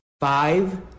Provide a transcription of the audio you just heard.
five